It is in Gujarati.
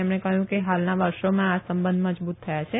તેમણે કહયું કે હાલના વર્ષોમાં આ સંબંધ મજબુત થયા છે